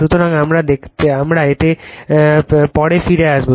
সুতরাং আমরা এতে পরে ফিরে আসবো